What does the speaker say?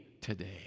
today